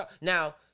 Now